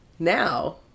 now